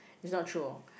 is not true hor